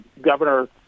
Governor